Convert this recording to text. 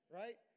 right